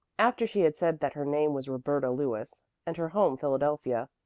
after she had said that her name was roberta lewis and her home philadelphia,